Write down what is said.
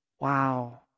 Wow